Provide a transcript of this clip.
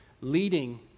leading